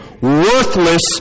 worthless